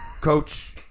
Coach